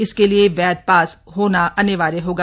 इसके लिए वैध पास होना अनिवार्य होगा